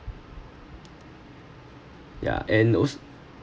yeah and al~